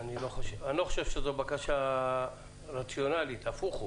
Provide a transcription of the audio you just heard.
אני לא חושב שזו בקשה רציונלית, הפוך הוא.